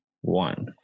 one